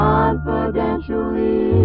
Confidentially